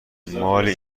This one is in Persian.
مالی